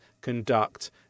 conduct